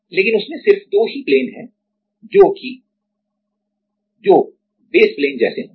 लेकिन उसमें सिर्फ दो ही प्लेन हैं जो कि जो बेस प्लेन जैसे होंगे